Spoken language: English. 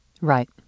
Right